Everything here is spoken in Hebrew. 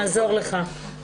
נעזור לך.